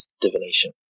divination